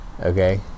okay